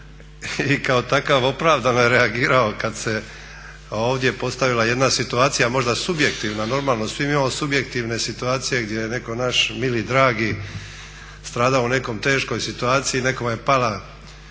I kao takav opravdano je reagirao kad se ovdje postavila jedna situacija, možda subjektivna normalno. Svi mi imamo subjektivne situacije gdje je netko naš mili i dragi stradao u nekoj teškoj situaciji, nekome je pala